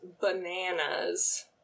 bananas